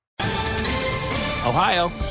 Ohio